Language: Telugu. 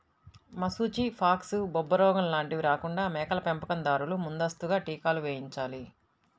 మశూచి, ఫాక్స్, బొబ్బరోగం లాంటివి రాకుండా మేకల పెంపకం దారులు ముందస్తుగా టీకాలు వేయించాలి